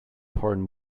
porn